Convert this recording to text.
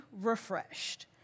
refreshed